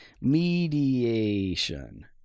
Mediation